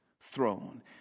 throne